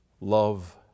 love